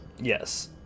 Yes